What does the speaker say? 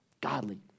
Godly